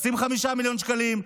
לשים 5 מיליון שקלים,